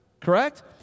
correct